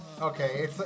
Okay